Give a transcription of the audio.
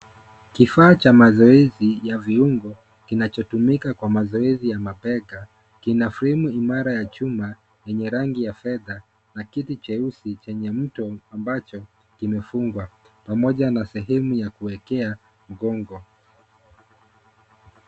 Kifaa cha mazoezi ya viungo kinachotumika kwa mazoezi ya mabega, kina fremu imara ya chuma yenye rangi ya fedha na kiti jeusi chenye mto ambacho kimefungwa pamoja na sehemu ya kuwekea mgongo.